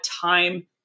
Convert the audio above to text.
time